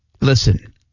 Listen